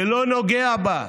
זה לא נוגע בה.